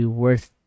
worth